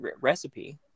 recipe